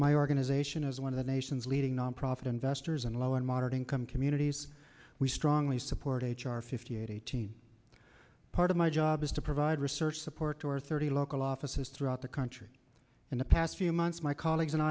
my organization as one of the nation's leading nonprofit investors and low and moderate income communities we strongly support h r fifty eight i mean part of my job is to provide research support or thirty local offices throughout the country in the past few months my colleagues and